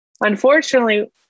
Unfortunately